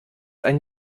ein